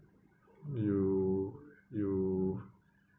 you you